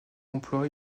emploi